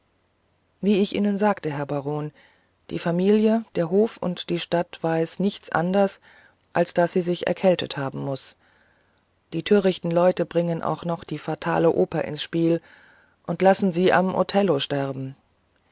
wie ich ihnen sagte herr baron die familie der hof und die stadt weiß nicht anders als daß sie sich erkältet haben muß die törichten leute bringen auch noch die fatale oper ins spiel und lassen sie am othello sterben